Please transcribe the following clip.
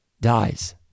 dies